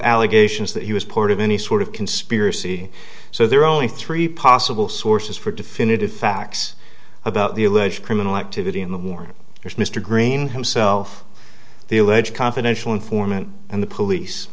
allegations that he was part of any sort of conspiracy so there are only three possible sources for definitive facts about the alleged criminal activity in the war there's mr greene himself the alleged confidential informant and the police